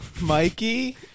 Mikey